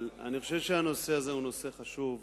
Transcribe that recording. אני חושב שהנושא הזה הוא נושא חשוב,